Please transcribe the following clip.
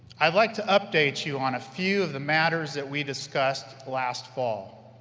i'd like to update you on a few of the matters that we discussed last fall.